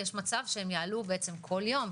יש מצב שהם יעלו כל יום,